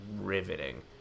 riveting